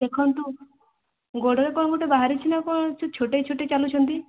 ଦେଖନ୍ତୁ ଗୋଡ଼ରେ କ'ଣ ଗୋଟେ ବାହାରିଛି ନା କ'ଣ ସେ ଛୋଟେଇ ଛୋଟେଇ ଚାଲୁଛନ୍ତି